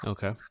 Okay